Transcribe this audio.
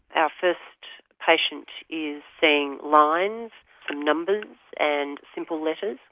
our first patient is seeing lines and numbers and simple letters.